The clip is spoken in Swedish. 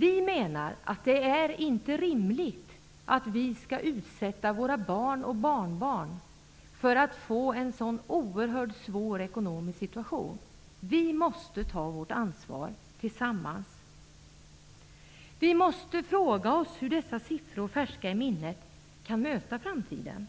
Vi menar att det inte är rimligt att vi skall utsätta våra barn och barnbarn för en så oerhört svår ekonomisk situation. Vi måste ta vårt ansvar tillsammans. Vi måste fråga oss hur vi, med dessa siffror färska i minnet, kan möta framtiden.